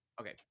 Okay